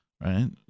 right